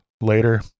later